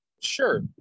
Sure